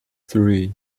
three